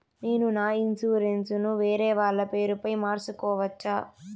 నేను నా ఇన్సూరెన్సు ను వేరేవాళ్ల పేరుపై మార్సుకోవచ్చా?